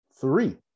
three